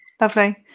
lovely